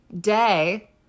day